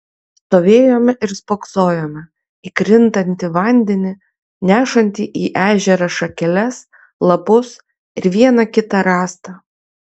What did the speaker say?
stovėjome ir spoksojome į krintantį vandenį nešantį į ežerą šakeles lapus ir vieną kitą rąstą